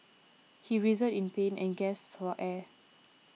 he writhed in pain and gasped for air